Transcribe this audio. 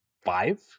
five